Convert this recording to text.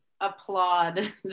applaud